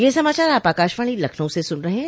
ब्रे क यह समाचार आप आकाशवाणी लखनऊ से सुन रहे हैं